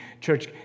Church